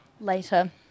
later